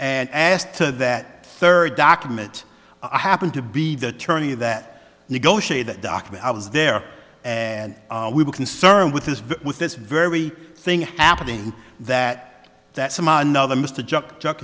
and asked to that third document i happened to be the attorney that negotiate that document i was there and we were concerned with this with this very thing happening that that some another mr j